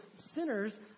sinners